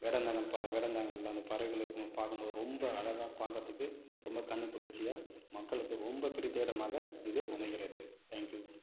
வேடந்தாங்கல் ப வேடந்தாங்கல் அந்தப் பறவைகள் இருக்கும் பார்க்கம்போது ரொம்ப அழகா பார்க்கறதுக்கு ரொம்ப கண்ணுக் குளிர்ச்சியாக மக்களுக்கு ரொம்ப பிடித்த இடமாக இது அமைகிறது தேங்க் யூ